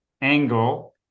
angle